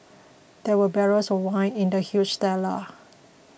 there were barrels of wine in the huge cellar